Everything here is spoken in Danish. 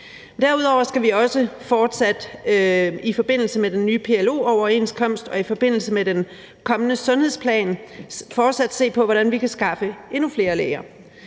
Derudover skal vi i forbindelse med den nye PLO-overenskomst og i forbindelse med den kommende sundhedsplan fortsat se på, hvordan vi kan skaffe endnu flere læger.